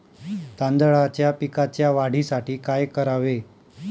तांदळाच्या पिकाच्या वाढीसाठी काय करावे?